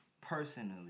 personally